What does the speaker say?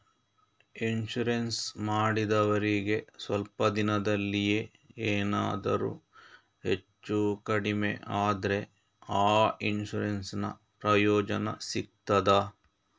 Insurance ಮಾಡಿದವರಿಗೆ ಸ್ವಲ್ಪ ದಿನದಲ್ಲಿಯೇ ಎನಾದರೂ ಹೆಚ್ಚು ಕಡಿಮೆ ಆದ್ರೆ ಆ ಇನ್ಸೂರೆನ್ಸ್ ನ ಪ್ರಯೋಜನ ಸಿಗ್ತದ?